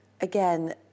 Again